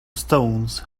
stones